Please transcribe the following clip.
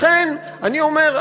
לכן אני אומר,